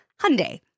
Hyundai